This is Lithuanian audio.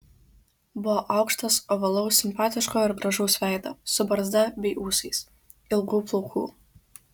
buvo aukštas ovalaus simpatiško ir gražaus veido su barzda bei ūsais ilgų plaukų